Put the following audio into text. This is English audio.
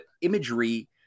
imagery